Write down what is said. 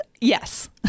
Yes